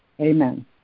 Amen